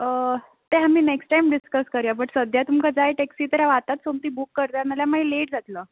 तें आमी next time discuss करया बट सद्याक तुमकां जाय टॅक्सी तर हांव आतांच सोमती बूक करतां ना जाल्यार मागीर लेट जातलो